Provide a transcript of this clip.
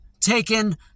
taken